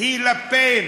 הוא לה פן.